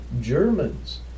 Germans